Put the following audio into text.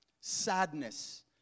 sadness